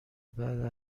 بعد